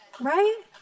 right